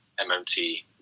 MMT